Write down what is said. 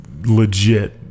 legit